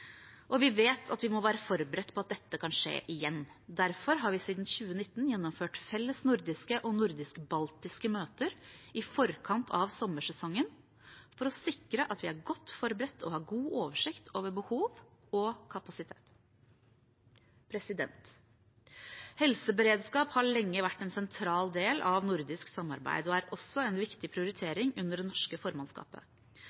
Vi vet at vi må være forberedt på at dette kan skje igjen. Derfor har vi siden 2019 gjennomført felles nordiske og nordisk-baltiske møter i forkant av sommersesongen for å sikre at vi er godt forberedt og har god oversikt over behov og kapasitet. Helseberedskap har lenge vært en sentral del av nordisk samarbeid og er også en viktig